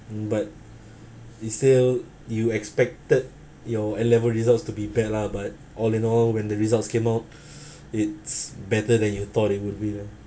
but they still you expected your A level results to be bad lah but all in all when the results came out it's better than you thought it would be lah